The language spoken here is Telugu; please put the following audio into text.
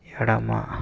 ఎడమ